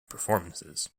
performances